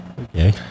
Okay